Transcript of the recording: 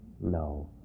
no